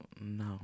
No